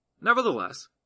Nevertheless